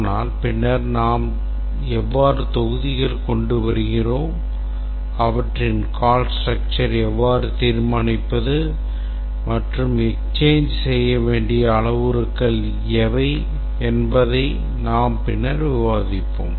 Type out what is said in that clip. ஆனால் பின்னர் நாம் எவ்வாறு தொகுதிகள் கொண்டு வருகிறோம் அவற்றின் call structure எவ்வாறு தீர்மானிப்பது மற்றும் exchange செய்ய வேண்டிய அளவுருக்கள் எவை என்பதை நாம் பின்னர் விவாதிப்போம்